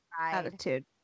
attitude